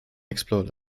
explode